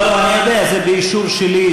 אני יודע, זה באישור שלי.